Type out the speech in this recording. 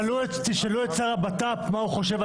תשאלו את שר הבט"פ מה הוא חושב על